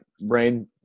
brain